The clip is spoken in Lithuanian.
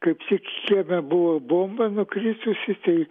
kaip tik kieme buvo bomba nukritusi tai